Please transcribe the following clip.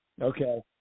Okay